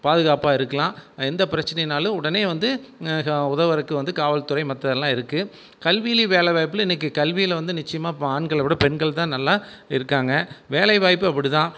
பாதுகாப்பாக இருக்கலாம் எந்த பிரச்சினயினாலும் உடனே வந்து உதவுகிறதுக்கு வந்து காவல்துறை மற்றது எல்லாம் இருக்குது கல்விலேயும் வேலை வாய்ப்பில் இன்றைக்கு கல்வியில் வந்து நிச்சயமாக ஆண்களை விட பெண்கள் தான் நல்லா இருக்காங்க வேலை வாய்ப்பு அப்படிதான்